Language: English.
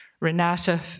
Renata